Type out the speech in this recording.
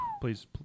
please